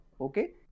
okay